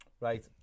right